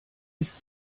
ist